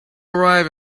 arrive